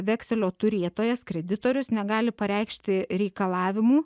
vekselio turėtojas kreditorius negali pareikšti reikalavimų